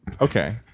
Okay